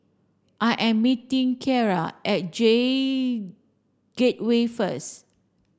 I am meeting Kierra at J Gateway first